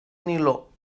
niló